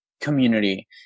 community